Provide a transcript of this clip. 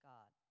God